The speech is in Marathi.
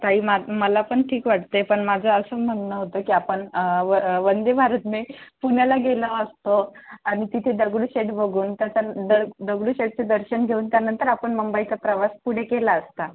ताई मा मला पण ठीक वाटत आहे पण माझं असं म्हणणं होतं की आपण व वंदे भारतने पुण्याला गेलो असतो आणि तिथे दगडूशेठ बघून त्याच्यान दग दगडूशेठचं दर्शन घेऊन त्यानंतर आपण मुंबईचा प्रवास पुढे केला असता